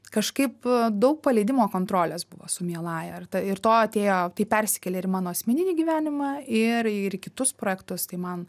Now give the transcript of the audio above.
kažkaip daug paleidimo kontrolės buvo su mieląja ar ta ir to atėjo tai persikėlė ir į mano asmeninį gyvenimą ir ir į kitus projektus tai man